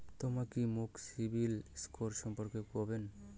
তমা কি মোক সিবিল স্কোর সম্পর্কে কবেন?